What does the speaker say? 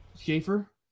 Schaefer